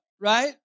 right